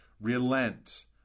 relent